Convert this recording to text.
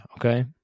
okay